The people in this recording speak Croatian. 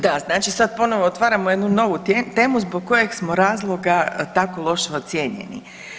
Da, znači sad ponovo otvaramo jednu novu temu zbog kojeg smo razloga tako loše ocijenjeni.